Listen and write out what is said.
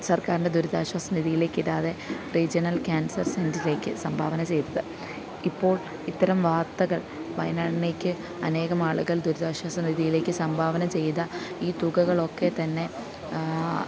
സര്ക്കാരിന്റെ ദുരിതാശ്വാസ നിധിയിലേക്ക് ഇടാതെ റീജിയണല് കാന്സര് സെന്ററിലേക്ക് സംഭാവന ചെയ്തത് ഇപ്പോള് ഇത്തരം വാര്ത്തകള് വയനാടിനേക്ക് അനേകം ആളുകള് ദുരിതാശ്വാസ നിധിയിലേക്ക് സംഭാവന ചെയ്ത ഈ തുകകളൊക്കെ തന്നെ